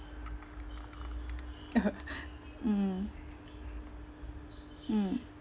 mm mm